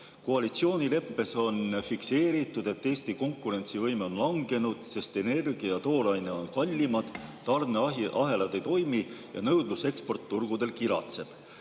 Koalitsioonileppes on fikseeritud, et Eesti konkurentsivõime on langenud, sest energia ja tooraine on kallimad, tarneahelad ei toimi ja nõudlus eksportturgudel kiratseb.